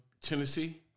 Tennessee